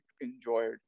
enjoyed